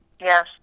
Yes